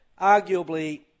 arguably